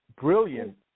brilliant